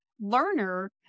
learner